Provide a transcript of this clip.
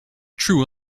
true